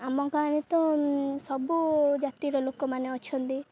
ଆମ ଗାଁରେ ତ ସବୁ ଜାତିର ଲୋକମାନେ ଅଛନ୍ତି